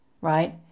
right